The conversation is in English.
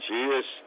Jesus